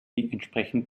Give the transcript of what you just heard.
entsprechend